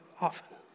often